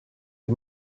des